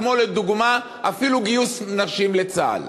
כמו לדוגמה אפילו גיוס נשים לצה"ל.